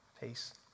peace